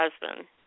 husband